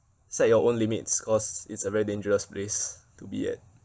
set your own limits cause it's a very dangerous place to be at